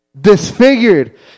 Disfigured